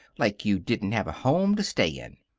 like you didn't have a home to stay in.